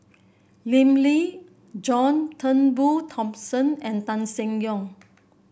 Lim Lee John Turnbull Thomson and Tan Seng Yong